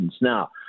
Now